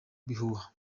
bihuha